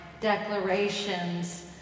declarations